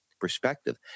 perspective